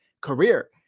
career